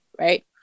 right